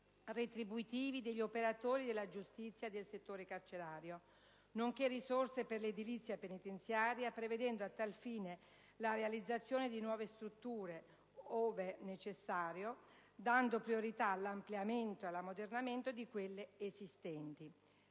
retributivi degli operatori della giustizia e del settore carcerario, nonché per l'edilizia penitenziaria, prevedendo a tal fine la realizzazione di nuove strutture ove necessario, dando priorità all'ampliamento e all'ammodernamento di quelle esistenti.